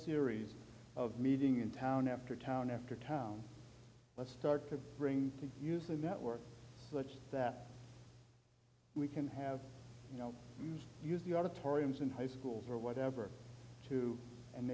series of meeting in town after town after town let's start to bring to use a network such that we can have you know use the auditorium in high schools or whatever to